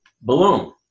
balloon